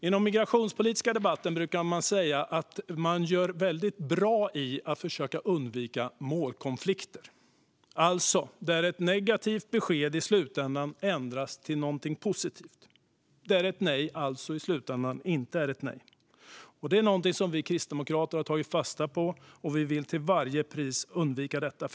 Om den migrationspolitiska debatten brukar man säga att man gör väldigt bra i att försöka undvika målkonflikter, alltså där ett negativt besked i slutändan ändras till någonting positivt och där ett nej i slutändan alltså inte är ett nej. Det är någonting som vi kristdemokrater har tagit fasta på, och vi vill till varje pris undvika detta.